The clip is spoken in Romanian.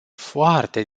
foarte